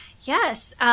Yes